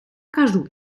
кажу